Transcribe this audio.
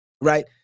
right